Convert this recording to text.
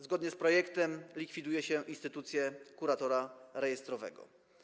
Zgodnie z projektem likwiduje się instytucję kuratora rejestrowego.